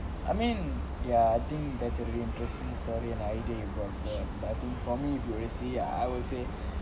I mean ya I think that's a really interesting story and idea you brought up but I think for me I would say